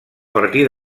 partir